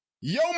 Yo